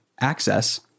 access